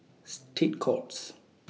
State Courts